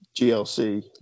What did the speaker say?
GLC